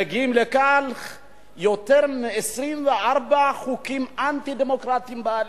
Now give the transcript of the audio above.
מגיעים לכאן יותר מ-24 חוקים אנטי-דמוקרטיים בעליל.